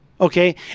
okay